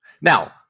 Now